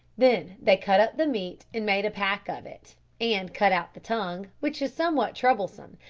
then they cut up the meat and made a pack of it, and cut out the tongue, which is somewhat troublesome,